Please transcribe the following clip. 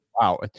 wow